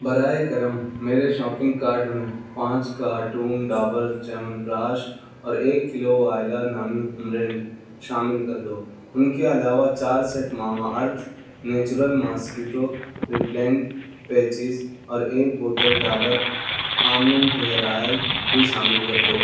برائے کرم میرے شاپنگ کارٹ میں پانچ کارٹون ڈابر چیونپراش اور ایک کلو وائلا نامی امرنٹھ شامل کر دو ان کے علاوہ چار set Mamaearth natural mosquito repellent patches اور ایک بوتل ڈاور آملنت ہیئر آئل بھی شامل کر دو